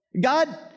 God